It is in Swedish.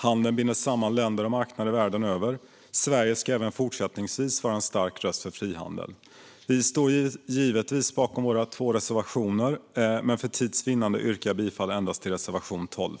Handel binder samman länder och marknader världen över. Sverige ska även fortsättningsvis vara en stark röst för frihandel. Vi står givetvis bakom våra två reservationer, men för tids vinnande yrkar jag bifall endast till reservation 12.